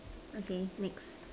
okay next